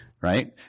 Right